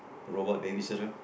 robot baby sister